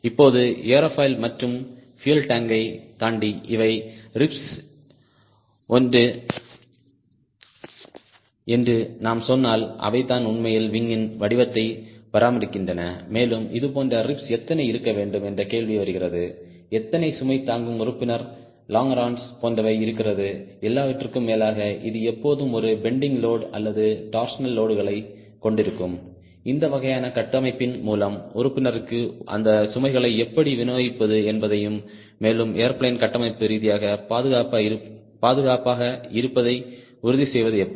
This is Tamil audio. இப்போது ஏரோஃபைல் மற்றும் பியூயல் டாங்க் யைத் தாண்டி இவை ரிப்ஸ்ல் என்று நாம் சொன்னால் அவைதான் உண்மையில் விங்யின் வடிவத்தை பராமரிக்கின்றன மேலும் இதுபோன்ற ரிப்ஸ் எத்தனை இருக்க வேண்டும் என்ற கேள்வி வருகிறது எத்தனை சுமை தாங்கும் உறுப்பினர் லோங்கிரான்ஸ் போன்றவை இருக்கிறது எல்லாவற்றிற்கும் மேலாக இது எப்போதும் ஒரு பெண்டிங் லோடு அல்லது டோர்ஸினல் லோடுகளைக் கொண்டிருக்கும் இந்த வகையான கட்டமைப்பின் மூலம் உறுப்பினருக்கு அந்த சுமைகளை எப்படி விநியோகிப்பது என்பதையும் மேலும் ஏர்பிளேன் கட்டமைப்பு ரீதியாக பாதுகாப்பாக இருப்பதை உறுதி செய்வது எப்படி